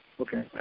Okay